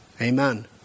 Amen